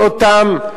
כל אותן,